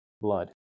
blood